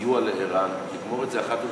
סיוע לער"ן ולגמור את זה אחת ולתמיד,